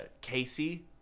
Casey